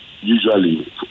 usually